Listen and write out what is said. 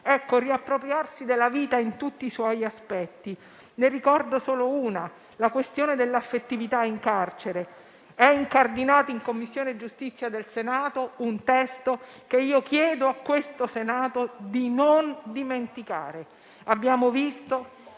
di riappropriarsi della vita in tutti i suoi aspetti. Ne ricordo solo uno: la questione dell'affettività in carcere. È incardinato in Commissione giustizia un testo che io chiedo a questo Senato di non dimenticare. Nella sezione